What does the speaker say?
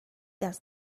does